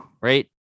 Right